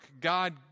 God